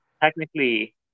technically